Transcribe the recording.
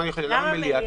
לא.